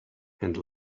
and